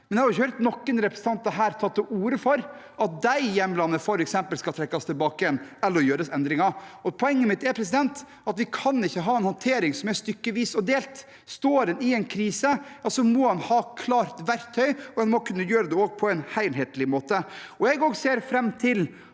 men jeg har ikke hørt noen representanter her ta til orde for at f.eks. de hjemlene skal trekkes tilbake igjen eller endres. Poenget mitt er at vi ikke kan ha en håndtering som er stykkevis og delt. Står en i en krise, må en ha et klart verktøy, og en må også kunne gjøre det på en helhetlig måte. Jeg ser fram til